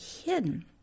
hidden